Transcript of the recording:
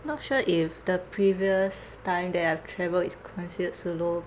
not sure if the previous time that I have travelled is considered solo